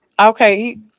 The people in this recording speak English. Okay